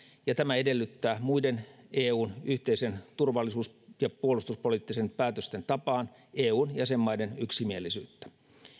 ja tämä edellyttää muiden eun yhteisten turvallisuus ja puolustuspoliittisten päätösten tapaan eun jäsenmaiden yksimielisyyttä